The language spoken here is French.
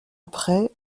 après